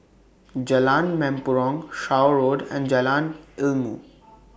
Jalan Mempurong Shaw Road and Jalan Ilmu